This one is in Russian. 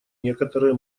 некоторые